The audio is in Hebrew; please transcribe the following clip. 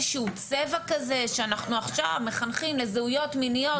שהוא צבע כזה שאנחנו עכשיו מחנכים לזהויות מיניות.